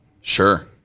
Sure